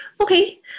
Okay